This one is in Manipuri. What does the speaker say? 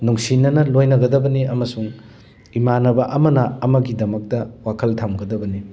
ꯅꯨꯡꯁꯤꯅꯅ ꯂꯣꯏꯅꯒꯗꯕꯅꯤ ꯑꯃꯁꯨꯡ ꯏꯃꯥꯅꯕ ꯑꯃꯅ ꯑꯃꯒꯤꯗꯃꯛꯇ ꯋꯥꯈꯜ ꯊꯝꯒꯗꯕꯅꯤ